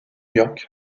york